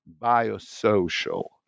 biosocial